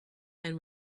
and